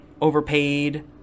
overpaid